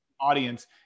audience